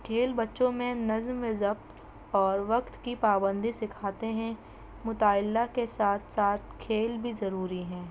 کھیل بچوں میں نظم وضبط اور وقت کی پابندی سکھاتے ہیں مطالععہ کے ساتھ ساتھ کھیل بھی ضروری ہیں